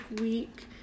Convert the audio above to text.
week